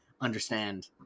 understand